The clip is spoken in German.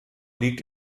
liegt